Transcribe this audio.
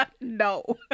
No